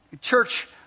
church